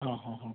ହଁ ହଁ ହଁ